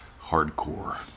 Hardcore